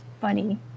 funny